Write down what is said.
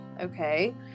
okay